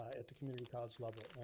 at the community college level.